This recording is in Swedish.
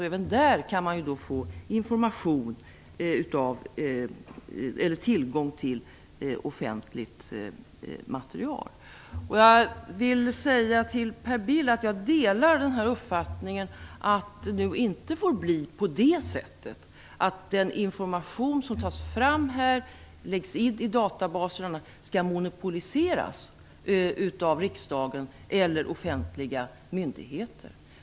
Även där kan man då få tillgång till offentligt material. Till Per Bill vill jag säga att jag delar uppfattningen att den information som tas fram här och läggs ned i databaserna inte får monopoliseras av riksdagen eller offentliga myndigheter.